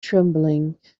trembling